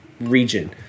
region